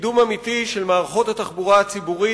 וקידום אמיתי של מערכות התחבורה הציבורית